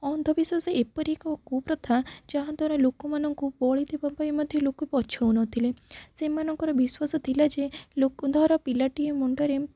ଅନ୍ଧବିଶ୍ୱାସ ଏପରି ଏକ କୁପ୍ରଥା ଯାହା ଦ୍ୱାରା ଲୋକମାନଙ୍କୁ ବଳି ଦେବା ପାଇଁ ମଧ୍ୟ ଲୋକ ପଛଉନଥିଲେ ସେମାନଙ୍କର ବିଶ୍ଵାସ ଥିଲା ଯେ ଲୋକ ଧର ପିଲାଟିଏ ମୁଣ୍ଡରେ